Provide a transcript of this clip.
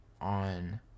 on